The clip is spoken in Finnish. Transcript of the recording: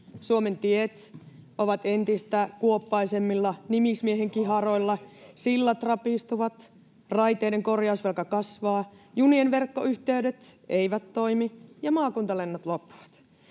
Suomen tiet ovat entistä kuoppaisemmilla nimismiehenkiharoilla, sillat rapistuvat, raiteiden korjausvelka kasvaa, junien verkkoyhteydet eivät toimi ja maakuntalennot loppuvat.